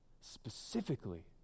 specifically